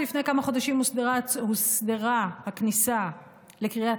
לפני כמה חודשים הוסדרה הכניסה לקריית